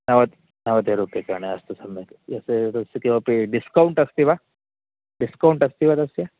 नव नवतिरूप्यकाणि अस्तु सम्यक् यस्य तस्य किमपि डिस्कौण्ट् अस्ति वा डिस्कौण्ट् अस्ति वा तस्य